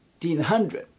1900